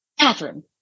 Catherine